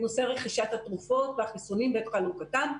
נושא רכישת התרופות והחיסונים ואת חלוקתם.